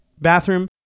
bathroom